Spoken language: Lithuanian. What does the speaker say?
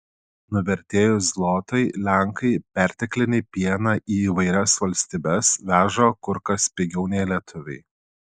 nuvertėjus zlotui lenkai perteklinį pieną į įvairias valstybes veža kur kas pigiau nei lietuviai